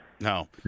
No